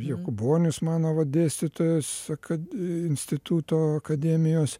jakubonis mano va dėstytojas akad instituto akademijos